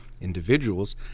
individuals